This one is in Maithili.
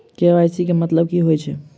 के.वाई.सी केँ मतलब की होइ छै?